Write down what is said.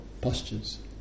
postures